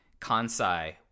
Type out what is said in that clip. Kansai